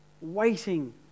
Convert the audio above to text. waiting